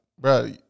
bro